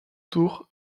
tours